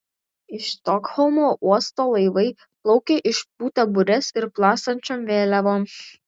iš stokholmo uosto laivai plaukia išpūtę bures ir plastančiom vėliavom